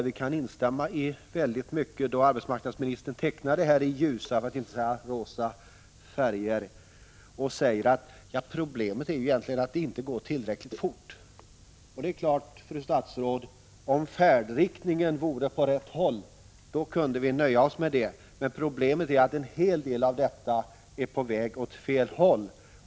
Vi kan instämma i mycket, och arbetsmarknadsministern tecknade läget i ljusa för att inte säga rosa färger och sade att problemet egentligen är att det inte går tillräckligt fort. Det är klart, fru statsråd, att om färdriktningen vore den rätta, då kunde vi nöja oss med det. Men problemet är att en hel del är på väg åt fel håll.